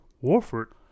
Warford